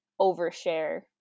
overshare